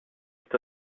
est